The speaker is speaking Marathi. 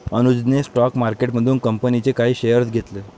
अनुजने स्टॉक मार्केटमधून कंपनीचे काही शेअर्स घेतले